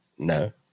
No